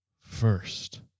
first